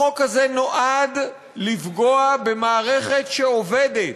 החוק הזה נועד לפגוע במערכת שעובדת.